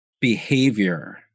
behavior